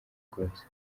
rwose